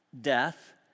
death